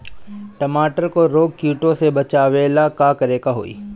टमाटर को रोग कीटो से बचावेला का करेके होई?